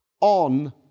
on